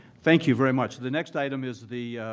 thank you very much. the next item is the